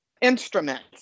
instruments